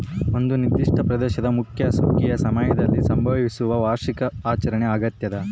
ಒಂದು ನಿರ್ದಿಷ್ಟ ಪ್ರದೇಶದ ಮುಖ್ಯ ಸುಗ್ಗಿಯ ಸಮಯದಲ್ಲಿ ಸಂಭವಿಸುವ ವಾರ್ಷಿಕ ಆಚರಣೆ ಆಗ್ಯಾದ